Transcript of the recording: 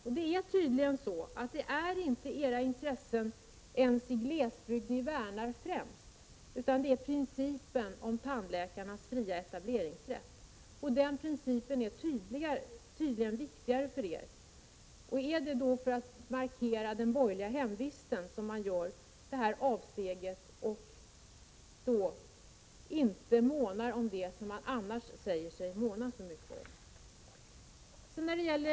Ni sätter inte ens era intressen i glesbygden främst, utan principen om tandläkarnas fria etableringsrätt. Den principen är tydligen viktigare för er. Är det för att markera den borgerliga hemvisten som man gör detta avsteg i stället för att måna om det man annars säger sig måna så mycket om?